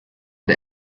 der